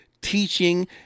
teaching